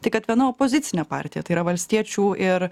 tai kad viena opozicinė partija tai yra valstiečių ir